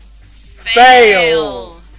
Fail